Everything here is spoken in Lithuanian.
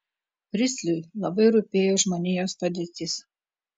pristliui labai rūpėjo žmonijos padėtis